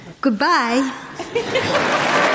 goodbye